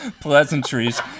pleasantries